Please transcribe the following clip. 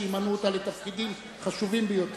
שימנו אותה לתפקידים חשובים ביותר.